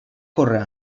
córrer